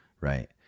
Right